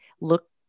look